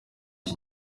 iki